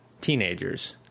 teenagers